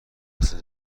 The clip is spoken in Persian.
واسه